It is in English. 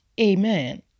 Amen